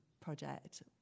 project